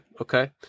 Okay